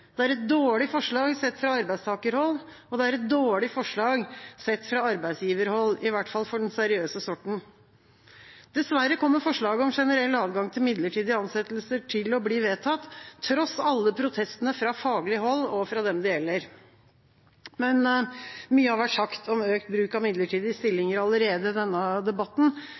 Det er et dårlig forslag sett fra arbeidstakerhold, og det er et dårlig forslag sett fra arbeidsgiverhold, i hvert fall for den seriøse sorten. Dessverre kommer forslaget om generell adgang til midlertidige ansettelser til å bli vedtatt, tross alle protestene fra faglig hold og fra dem det gjelder. Mye har vært sagt om økt bruk av midlertidige